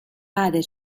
بعد